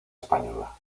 española